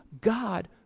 God